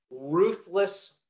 ruthless